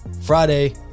Friday